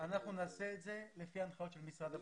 אנחנו נעשה את זה לפי ההנחיות של משרד הבריאות.